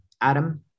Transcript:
Adam